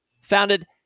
founded